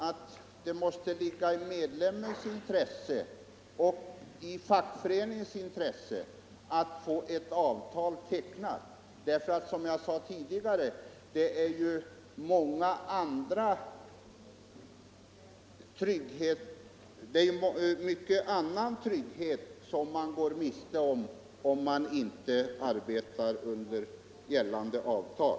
Men då måste det ligga i medlemmens och fackföreningens intresse att få ett avtal tecknat. Som jag sade tidigare är det mycket annan trygghet som man går miste om om man inte arbetar under gällande avtal.